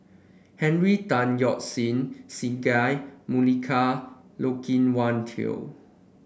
Henry Tan Yoke See Singai Mukilan Loke Wan Tho